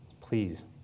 please